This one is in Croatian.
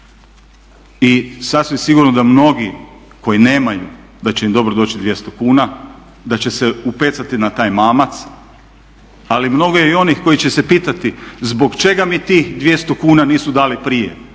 i sasvim sigurno da mnogi koji nemaju da će im dobro doći 200 kn, da će se upecati na taj mamac. Ali mnogo je i onih koji će se pitati zbog čega mi tih 200 kn nisu dali prije?